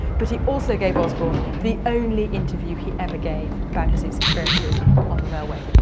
but he also gave osborne the only interview he ever gave about his his experiences on the railway.